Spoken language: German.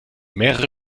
mehrere